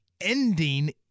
ending